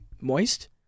Moist